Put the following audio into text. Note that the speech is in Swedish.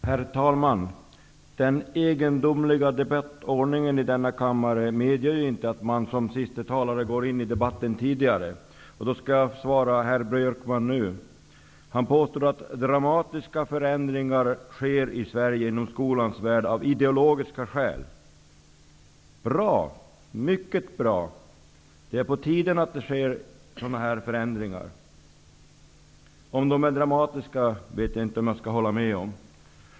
Herr talman! Den egendomliga debattordningen i denna kammare medger inte att man som sista anmälde talare går in i debatten tidigare. Därför skall jag svara herr Björkman nu. Jan Björkman påstod att det av ideologiska skäl sker dramatiska förändringar inom skolans värld i Sverige. Bra! Mycket bra! Det är på tiden att det sker sådana förändringar, men jag vet inte om jag håller med om att de är dramatiska.